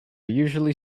usually